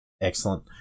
Excellent